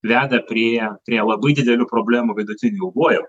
veda priė prie labai didelių problemų vidutiniu ilguoju